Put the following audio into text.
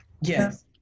Yes